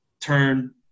turn